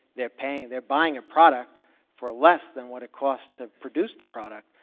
they're paying they're buying a product for less than what it costs to produce the product.